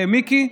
מיקי,